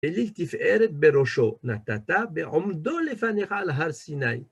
כליל תפארת בראשו נתת בעומדו לפניך על הר סיני.